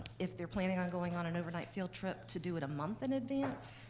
if they're planning on going on an overnight field trip to do it a month in advance.